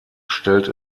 stellt